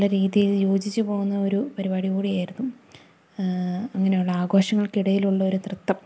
നല്ല രീതിയില് യോജിച്ചുപോകുന്ന ഒരു പരിപാടി കൂടിയായിരുന്നു അങ്ങനെയുള്ള ആഘോഷങ്ങൾക്കിടയിലുള്ളൊരു നൃത്തം